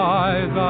eyes